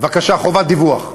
בבקשה, חובת דיווח.